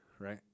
right